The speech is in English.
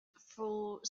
for